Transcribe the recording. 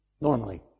Normally